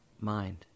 mind